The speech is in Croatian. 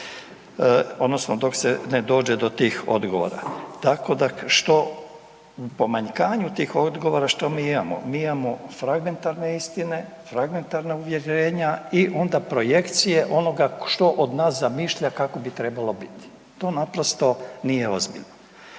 odnosno dok se ne dođe do tih odgovora. Tako da što u pomanjkanju tih odgovora, što mi imamo? Mi imamo fragmentarne istine, fragmentarna uvjerenja i onda projekcije onoga .../Govornik se ne razumije./... od nas zamišlja kako bi trebalo biti, to naprosto nije ozbiljno.